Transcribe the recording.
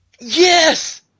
yes